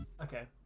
okay